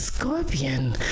Scorpion